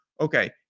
okay